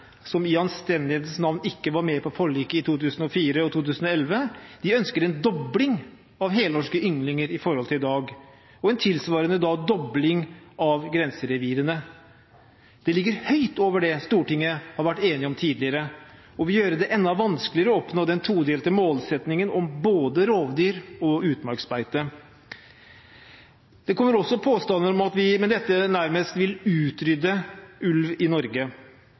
som i anstendighetens navn ikke var med på forlikene i 2004 og 2011, ønsker en dobling av helnorske ynglinger i forhold til i dag og en tilsvarende dobling av grenserevirene. Det ligger høyt over det som Stortinget har vært enig om tidligere, og vil gjøre det enda vanskeligere å oppnå den todelte målsettingen om både rovdyr og utmarksbeite. Det kommer også påstander om at vi med dette nærmest vil utrydde ulven i Norge.